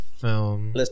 film